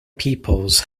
peoples